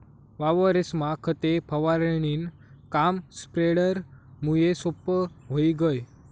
वावरेस्मा खते फवारणीनं काम स्प्रेडरमुये सोप्पं व्हयी गय